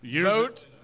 Vote